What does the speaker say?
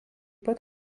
pat